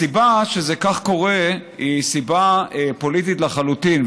הסיבה שזה קורה כך היא סיבה פוליטית לחלוטין,